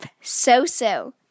so-so